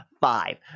five